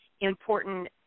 important